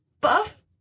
buff